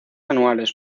anuales